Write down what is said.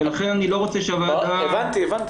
ולכן אני לא רוצה שהוועדה --- הבנתי,